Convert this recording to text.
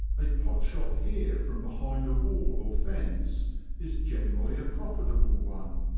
a pot shot here from behind a wall or fence is generally a profitable one,